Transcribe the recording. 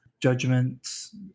judgments